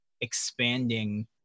expanding